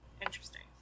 Interesting